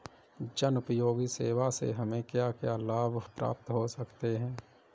जनोपयोगी सेवा से हमें क्या क्या लाभ प्राप्त हो सकते हैं?